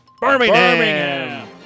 Birmingham